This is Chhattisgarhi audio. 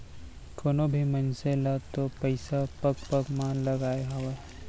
कोनों भी मनसे ल तो पइसा पग पग म लगाना हावय